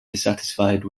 dissatisfied